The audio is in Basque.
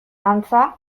antza